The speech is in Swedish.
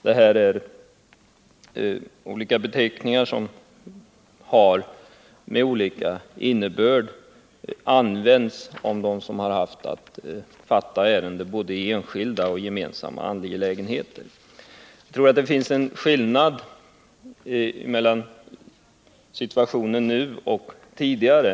Det är beteckningar som med olika innebörd har använts om dem som har haft att fatta beslut i både enskilda och gemensamma angelägenheter. Jag tror att det finns en skillnad mellan situationen sådan den är nu och sådan den var tidigare.